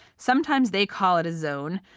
sometimes they call it a zone,